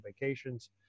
vacations